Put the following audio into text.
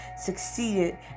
succeeded